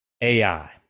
AI